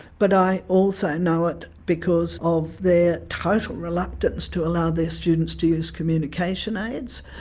but i also know it because of their total reluctance to allow their students to use communication aids,